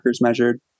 measured